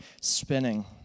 spinning